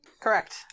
Correct